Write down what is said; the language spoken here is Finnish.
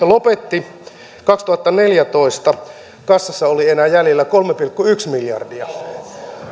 lopetti kaksituhattaneljätoista kassassa oli enää jäljellä kolme pilkku yksi miljardia